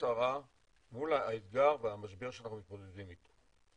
צרה מול האתגר והמשבר שאנחנו מתמודדים איתו.